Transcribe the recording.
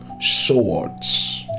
swords